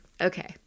Okay